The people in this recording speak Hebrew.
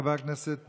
חבר הכנסת דוידסון,